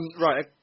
Right